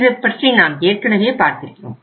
இதுபற்றி நாம் ஏற்கனவே பார்த்திருக்கிறோம்